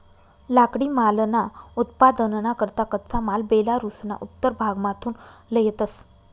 लाकडीमालना उत्पादनना करता कच्चा माल बेलारुसना उत्तर भागमाथून लयतंस